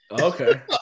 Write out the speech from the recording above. Okay